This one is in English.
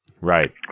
Right